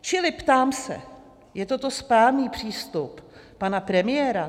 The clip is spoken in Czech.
Čili ptám se: je toto správný přístup pana premiéra?